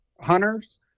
hunters